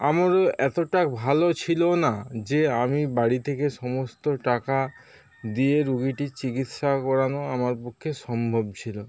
আমারও এতটা ভালো ছিলোনা যে আমি বাড়ি থেকে সমস্ত টাকা দিয়ে রুগীটির চিকিৎসা করানো আমার পক্ষে সম্ভব ছিলো